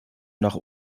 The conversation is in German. nach